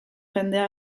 jendea